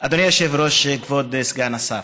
אדוני היושב-ראש, כבוד סגן השר,